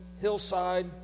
hillside